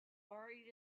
already